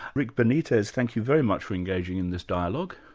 rick benitez thank you very much for engaging in this dialogue.